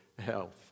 health